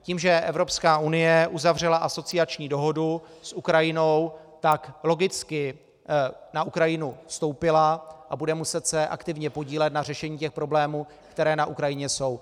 Tím, že Evropská unie uzavřela asociační dohodu s Ukrajinou, tak logicky na Ukrajinu vstoupila a bude muset se aktivně podílet na řešení těch problémů, které na Ukrajině jsou.